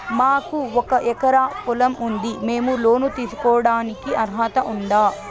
మాకు ఒక ఎకరా పొలం ఉంది మేము లోను తీసుకోడానికి అర్హత ఉందా